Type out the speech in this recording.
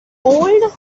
old